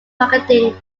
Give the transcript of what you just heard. marketing